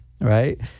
right